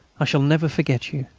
i shall never forget you.